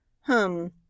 hum